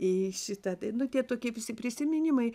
į šitą tai nu tie tokie visi prisiminimai